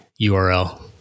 URL